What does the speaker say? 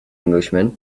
englishman